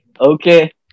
okay